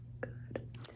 good